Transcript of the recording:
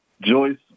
Joyce